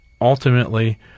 ultimately